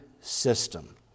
system